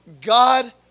God